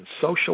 social